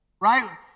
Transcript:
right